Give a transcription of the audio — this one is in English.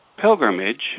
pilgrimage